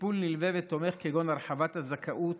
לטיפול נלווה ותומך, כגון הרחבת הזכאות